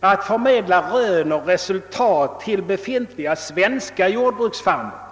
att förmedla rön och resultat till befintliga svenska jordbruksfarmer.